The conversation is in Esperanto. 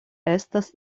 estas